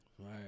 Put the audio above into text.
Right